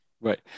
Right